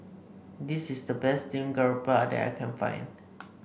this is the best Steamed Garoupa that I can find